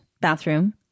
bathroom